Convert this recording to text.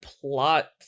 plot